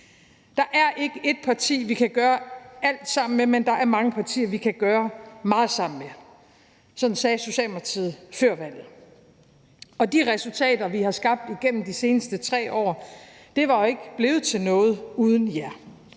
Der er ikke et parti, vi kan gøre alt sammen med, men der er mange partier, vi kan gøre meget sammen med. Sådan sagde Socialdemokratiet før valget, og de resultater, vi har skabt igennem de seneste 3 år, var jo ikke blevet til noget uden jer.